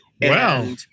Wow